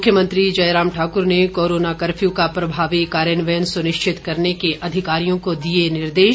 मुख्यमंत्री जयराम ठाकुर ने corona curfew का प्रभावी कार्यान्वयन सुनिश्चित करने के अधिकारियों को दिए निर्देश